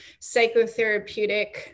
psychotherapeutic